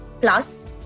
Plus